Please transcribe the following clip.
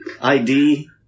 ID